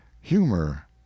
humor